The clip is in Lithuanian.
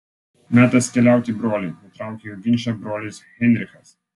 metas keliauti broliai nutraukė jų ginčą brolis heinrichas